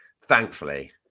thankfully